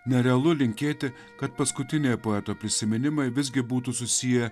nerealu linkėti kad paskutinė poeto prisiminimai visgi būtų susiję